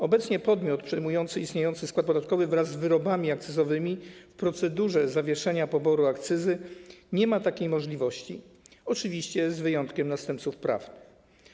Obecnie podmiot przejmujący istniejący skład podatkowy wraz z wyrobami akcyzowymi w procedurze zawieszenia poboru akcyzy nie ma takiej możliwości, oczywiście z wyjątkiem następców prawnych.